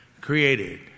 created